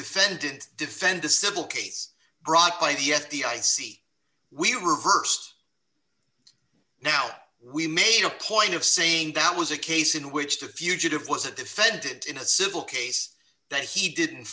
defendant defend a civil case brought by the yet the i c we reversed now we made a point of saying that was a case in which the fugitive was a defendant in a civil case that he didn't